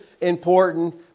important